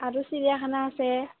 আৰু চিৰিয়াখানা আছে